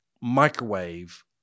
microwave